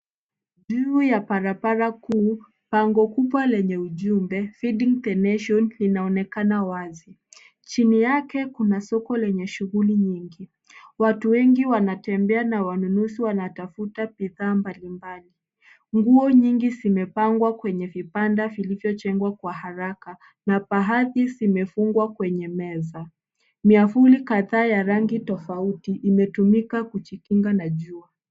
Juu ya barabara kuu, bango kubwa lenye ujumbe, feeding the nation (cs) inaonekana wazi. Chini yake kuna soko lenye shughuli nyingi. Watu wengi wanatembea na wanunuzi wanatafuta bidhaa mbalimbali. Nguo nyingi zimepangwa kwenye vibanda vilivyojengwa kwa haraka na baadhi zimefungwa kwenye meza. Miavuli kadhaa ya rangi tofauti imetumika kujikinga na jua.